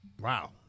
Wow